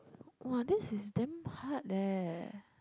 !wah! this is damn hard leh